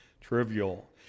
trivial